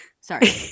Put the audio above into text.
Sorry